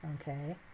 okay